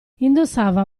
indossava